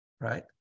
right